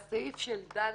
לגבי סעיף (ד),